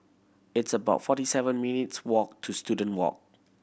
it's about forty seven minutes' walk to Student Walk